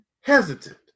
hesitant